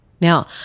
Now